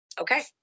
Okay